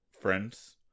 friends